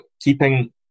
keeping